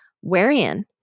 Wherein